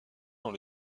dans